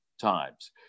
times